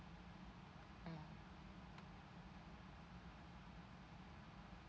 mm